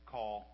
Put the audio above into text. Call